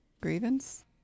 Grievance